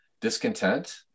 Discontent